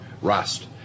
rust